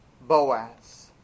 Boaz